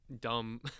dumb